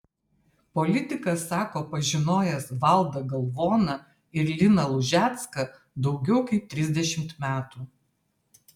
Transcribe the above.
politikas sako pažinojęs valdą galvoną ir liną lužecką daugiau kaip trisdešimt metų